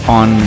on